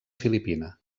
filipina